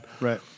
right